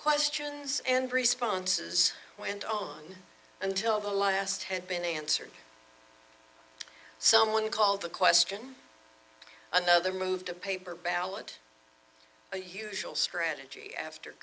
questions and responses went on until the last had been answered someone called the question on the move to a paper ballot the usual strategy after